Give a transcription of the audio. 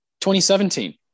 2017